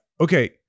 okay